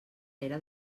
era